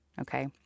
Okay